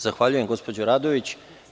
Zahvaljujem gospođo Radović.